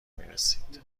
میرسید